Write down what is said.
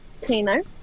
Tino